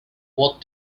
what